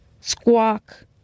Squawk